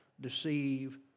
deceive